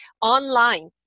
online